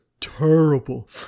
terrible